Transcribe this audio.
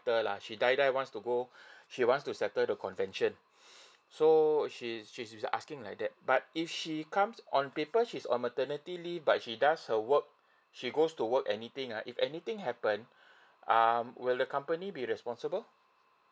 lah she die die wants to go she wants to settle the convention so she's she is asking like that but if she comes on paper she's on maternity leave but she does her work she goes to work anything uh if anything happen um will the company be responsible